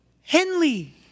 Henley